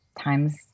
times